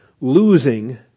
losing